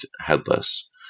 headless